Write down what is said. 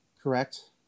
Correct